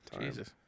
Jesus